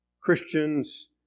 Christians